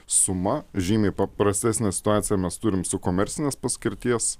suma žymiai paprastesnę situaciją mes turim su komercinės paskirties